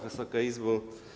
Wysoka Izbo!